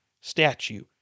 statue